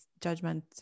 judgment